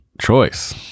choice